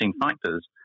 factors